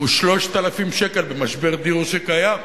הוא 3,000 שקל במשבר דיור שקיים,